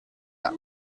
tard